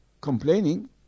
complaining